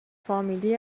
فامیلی